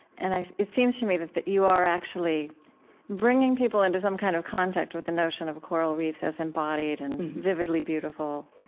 and it seems to me that that you are actually bringing people into some kind of contact with the notion of coral reefs as embodied and vividly beautiful